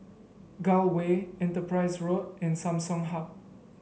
Gul Way Enterprise Road and Samsung Hub